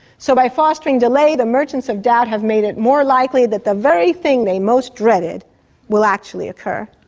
so by fostering delay, the merchants of doubt have made it more likely that the very thing they most dreaded will actually occur.